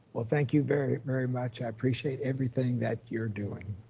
well, thank you very, very much. i appreciate everything that you're doing.